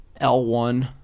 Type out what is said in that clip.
L1